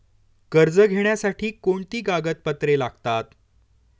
कर्ज घेण्यासाठी कोणती कागदपत्रे लागतात?